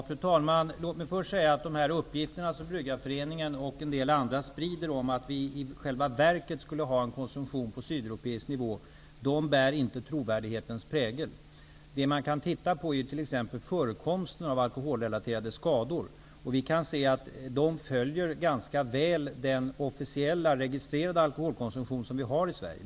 Fru talman! Låt mig först säga att de uppgifter som Bryggareföreningen och en del andra sprider, om att vi i själva verket skulle ha en konsumtion på sydeuropeisk nivå, inte bär trovärdighetens prägel. Vad man kan studera är t.ex. förekomsten av alkoholrelaterade skador, och vi kan se att de ganska väl följer den officiella registrerade alkoholkonsumtion som vi har i Sverige.